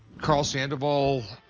karl sandoval,